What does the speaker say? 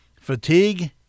fatigue